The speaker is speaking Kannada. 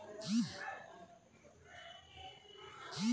ಡಿಸ್ಟ್ರಕ್ಟಿವ್ ಮಾದರಿಯನ್ನು ವಸ್ತುಗಳ ಗುಣಲಕ್ಷಣ ಮತ್ತು ವೈಫಲ್ಯಗಳ ತನಿಖೆಗಾಗಿ ಬಳಸ್ತರೆ